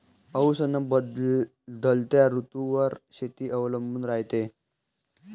पाऊस अन बदलत्या ऋतूवर शेती अवलंबून रायते